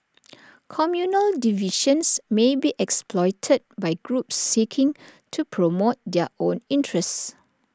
communal divisions may be exploited by groups seeking to promote their own interests